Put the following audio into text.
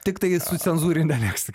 tiktai su cenzūrine leksika